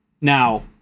Now